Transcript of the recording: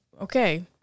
okay